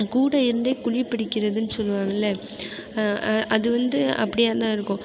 கூட இருந்தே குழி பறிக்கிறதுனு சொல்லுவாங்கள்ல அது வந்து அப்படியாதான் இருக்கும்